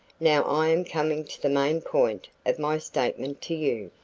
now i am coming to the main point of my statement to you.